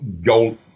gold